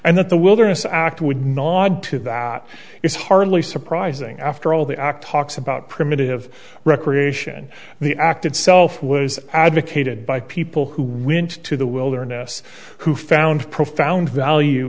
and that the wilderness act would nod to that is hardly surprising after all the act hawke's about primitive recreation and the act itself was advocated by people who win to the wilderness who found profound value